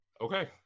Okay